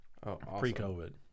pre-covid